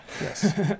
Yes